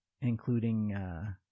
including